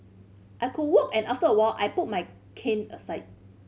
I could walk and after a while I put my cane aside